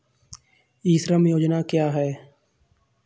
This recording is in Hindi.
ई श्रम योजना क्या है?